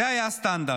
זה היה הסטנדרט.